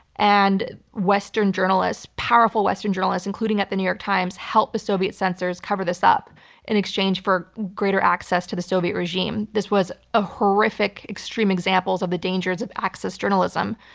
and western journalists, powerful western journalists, including at the new york times helped the soviet censors cover this up in exchange for greater access to the soviet regime. this was ah horrific, extreme examples of the dangers of access journalism.